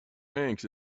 hanks